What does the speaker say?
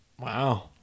wow